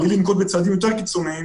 בלי לנקוט בצעדים יותר קיצוניים,